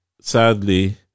sadly